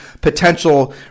potential